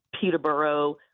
Peterborough